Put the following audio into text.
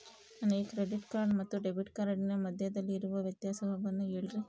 ನನಗೆ credit card ಮತ್ತು debit ಕಾರ್ಡಿನ ಮಧ್ಯದಲ್ಲಿರುವ ವ್ಯತ್ಯಾಸವನ್ನು ಹೇಳ್ರಿ?